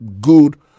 good